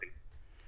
זאת לא אמירה רצינית.